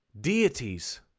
deities